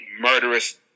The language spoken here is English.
murderous